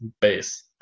base